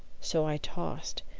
so i tossed,